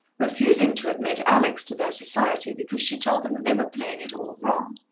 refusing to admit alex to their society because she told them that they were playing it all wrong.